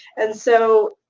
and so